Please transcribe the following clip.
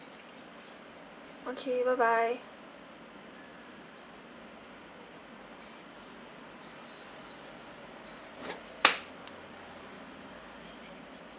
okay bye bye